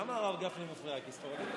למה הרב גפני מפריע, כי הוא ספרדי?